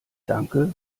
danke